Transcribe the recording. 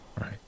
Right